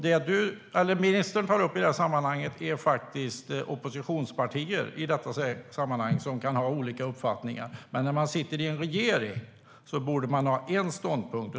Det ministern tar upp är oppositionspartier som kan ha olika uppfattningar. Men när man sitter i en regering borde man ha en enda ståndpunkt.